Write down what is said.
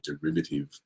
derivative